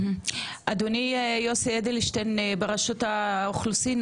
אדוני יוסי אדלשטיין ברשות האוכלוסין,